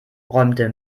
räumte